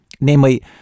Namely